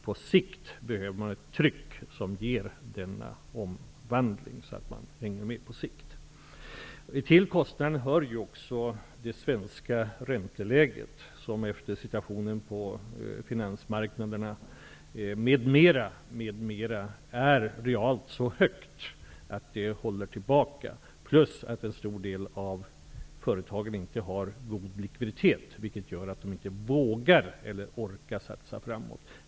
På sikt behöver man ett tryck som ger en omvandling, så att man hänger med. Till kostnaden hör också det svenska ränteläget. Efter situationen på finansmarknaderna m.m. är det realt så högt att det håller tillbaka. Därtill har en stor del av företagen inte någon god likviditet, vilket gör att de inte vågar eller orkar satsa framåt.